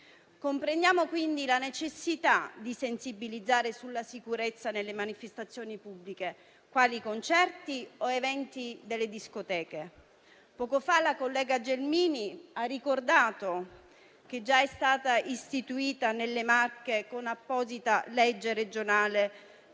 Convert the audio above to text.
Comprendiamo quindi la necessità di sensibilizzare sulla sicurezza nelle manifestazioni pubbliche quali concerti o eventi delle discoteche. Poco fa la collega Gelmini ha ricordato che già è stata istituita nelle Marche la Giornata regionale